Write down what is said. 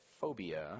phobia